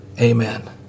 Amen